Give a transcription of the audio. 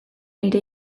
nire